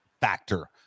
factor